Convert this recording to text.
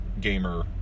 gamer